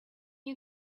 you